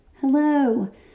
Hello